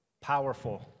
powerful